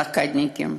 הבלוקדניקים,